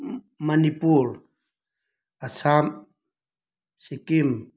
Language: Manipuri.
ꯎꯝ ꯃꯅꯤꯄꯨꯔ ꯑꯁꯥꯝ ꯁꯤꯀꯤꯝ